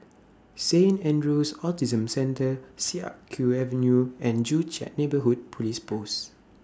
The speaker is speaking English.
Saint Andrew's Autism Centre Siak Kew Avenue and Joo Chiat Neighbourhood Police Post